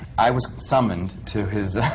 i was summoned to his